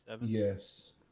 Yes